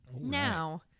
Now